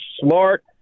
smart